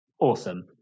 awesome